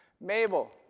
Mabel